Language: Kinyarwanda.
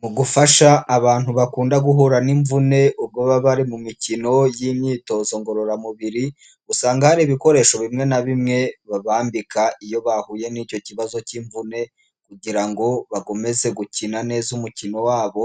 Mu gufasha abantu bakunda guhura n'imvune ubwo baba bari mu mikino y'imyitozo ngororamubiri, usanga hari ibikoresho bimwe na bimwe babambika iyo bahuye n'icyo kibazo cy'imvune kugira ngo bakomeze gukina neza umukino wabo,